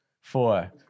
four